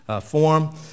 form